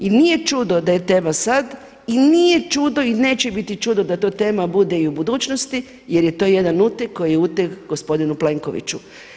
I nije čudo da je tema sad i nije čudo i neće biti čudo da to tema bude i u budućnosti, jer je to i jedan uteg koji je uteg gospodinu Plenkoviću.